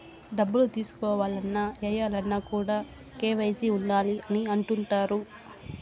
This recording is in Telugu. డబ్బులు తీసుకోవాలన్న, ఏయాలన్న కూడా కేవైసీ ఉండాలి అని అంటుంటారు